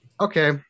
Okay